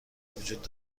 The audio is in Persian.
وجود